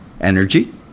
energy